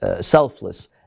selfless